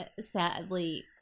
sadly